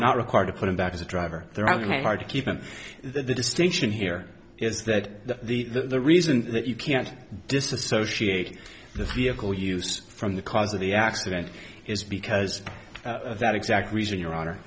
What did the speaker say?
not required to put him back as a driver they're having a hard to keep him the distinction here is that the that the reason that you can't disassociate the vehicle use from the cause of the accident is because that exact reason your honor